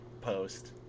post